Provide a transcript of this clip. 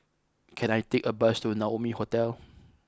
can I take a bus to Naumi Hotel